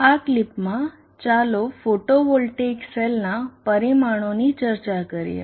આ ક્લિપમાં ચાલો ફોટોવોલ્ટેઇક સેલના પરિમાણોની ચર્ચા કરીએ